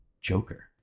Joker